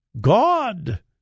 God